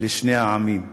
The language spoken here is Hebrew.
לשני העמים כאן,